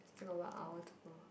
still got one hour to go